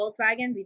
Volkswagen